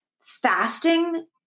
fasting